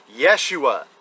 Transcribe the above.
Yeshua